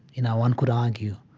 you know, one could argue,